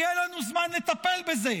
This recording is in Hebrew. יהיה לנו זמן לטפל בזה,